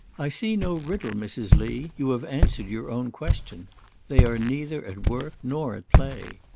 i see no riddle, mrs. lee. you have answered your own question they are neither at work nor at play.